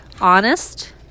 honest